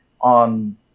on